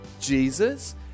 Jesus